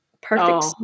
Perfect